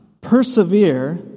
persevere